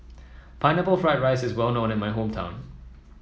Pineapple Fried Rice is well known in my hometown